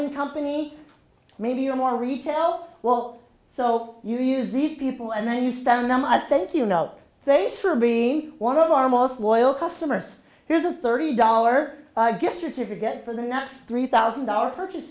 in company maybe you're more retail well so you use these people and then you send them a thank you know they for being one of our most loyal customers here's a thirty dollar gift certificate for the next three thousand dollars purchase